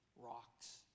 rocks